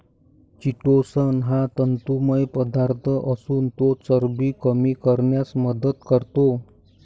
chitosan हा तंतुमय पदार्थ असून तो चरबी कमी करण्यास मदत करतो